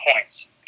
points